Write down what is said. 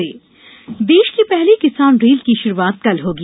किसान रेल देश की पहली किसान रेल की शुरूआत कल होगी